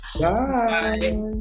Bye